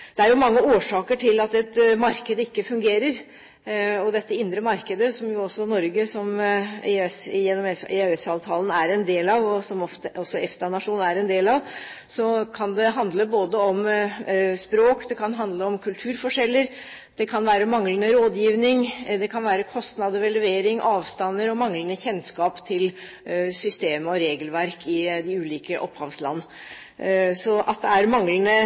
Det er jo mange årsaker til at et marked ikke fungerer. I dette indre markedet, som Norge også gjennom EØS-avtalen og som EFTA-nasjon er en del av, kan det handle både om språk, det kan handle om kulturforskjeller, det kan være manglende rådgivning, det kan være kostnader ved levering, avstander og manglende kjennskap til system og regelverk i de ulike opphavsland. At det er manglende